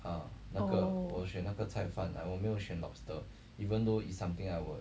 oh